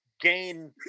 gain